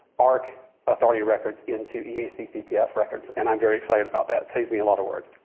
arc authority records into eac cpf records and i'm very excited about that. saves me a lot of work.